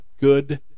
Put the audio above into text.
good